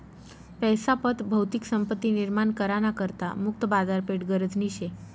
पैसा पत भौतिक संपत्ती निर्माण करा ना करता मुक्त बाजारपेठ गरजनी शे